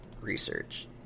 Research